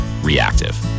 reactive